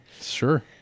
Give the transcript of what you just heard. sure